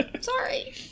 Sorry